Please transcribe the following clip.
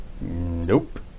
Nope